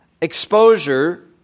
exposure